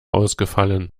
ausgefallen